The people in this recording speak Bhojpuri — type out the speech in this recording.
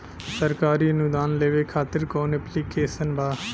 सरकारी अनुदान लेबे खातिर कवन ऐप्लिकेशन बा?